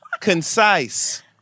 Concise